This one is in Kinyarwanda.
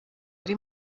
ari